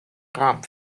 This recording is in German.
rahmen